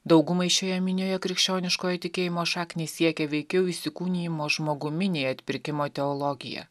daugumai šioje minioje krikščioniškojo tikėjimo šaknys siekia veikiau įsikūnijimo žmogumi nei atpirkimo teologija